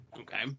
Okay